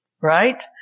right